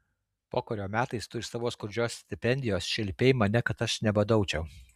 pokario metais tu iš savo skurdžios stipendijos šelpei mane kad aš nebadaučiau